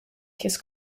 his